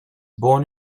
born